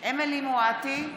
אמילי חיה מואטי,